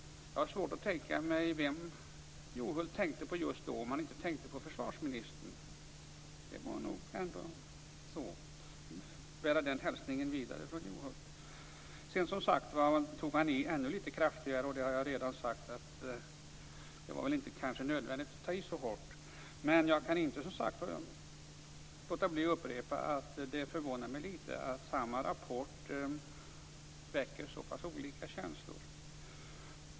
Jag har svårt att tänka mig vem Juholt tänkte på just då, om han inte tänkte på försvarsministern. Det var nog ändå så. Jag bär den hälsningen vidare från Sedan tog han i ännu litet kraftigare. Jag har redan sagt att det kanske inte var nödvändigt att ta i så hårt. Men jag kan inte låta bli att upprepa att det förvånar mig litet att samma rapport väcker så olika känslor.